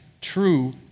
true